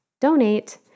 Donate